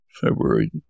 February